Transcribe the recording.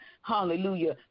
hallelujah